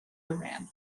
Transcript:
iran